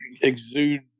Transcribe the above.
exude